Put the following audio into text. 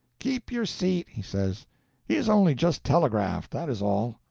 keep your seat, he says he is only just telegraphed, that is all.